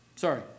Sorry